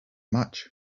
much